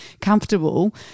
comfortable